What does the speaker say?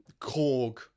Korg